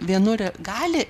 vienur ir gali